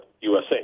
USA